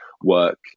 work